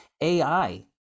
AI